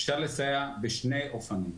אפשר לסייע בשני אופנים: